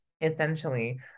essentially